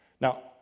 Now